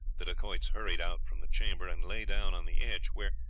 the dacoits hurried out from the chamber, and lay down on the edge, where,